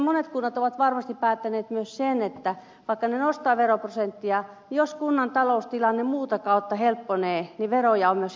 monet kunnat ovat varmasti päättäneet myös sen että vaikka ne nostavat veroprosenttia niin jos kunnan taloustilanne muuta kautta helpottuu niin veroja on myös helppo alentaa